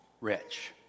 rich